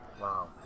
Wow